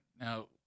Now